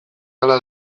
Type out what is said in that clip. hala